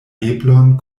eblon